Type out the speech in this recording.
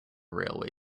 railway